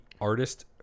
artist